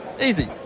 easy